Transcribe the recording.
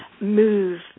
move